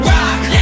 Rock